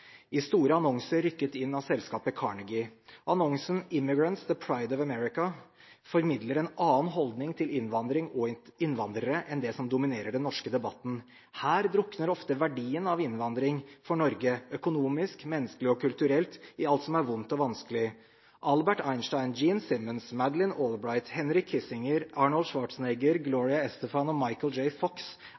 i store annonser rykket inn av selskapet Carnegie. Annonsen «Immigrants: The Pride of America» formidler en annen holdning til innvandring og innvandrere enn det som dominerer den norske debatten. Her drukner oftest verdien innvandring har for Norge – økonomisk, menneskelig og kulturelt – i alt som er vondt og vanskelig. Albert Einstein, Gene Simmons, Madeleine Albright, Henry Kissinger, Arnold Schwarzenegger, Gloria Estefan og Michael J. Fox